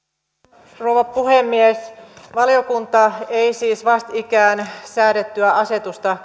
arvoisa rouva puhemies valiokunta ei siis vastikään säädettyä asetusta